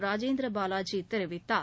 ராஜேந்திர பாலாஜி தெரிவித்தார்